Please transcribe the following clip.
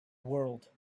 world